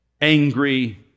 angry